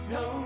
no